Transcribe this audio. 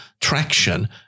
traction